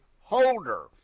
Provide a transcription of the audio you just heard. holder